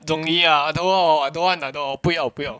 中医 ah I don't want I don't want 我不要不要